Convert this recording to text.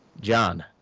John